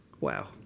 Wow